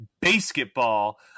basketball